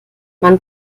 man